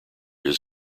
his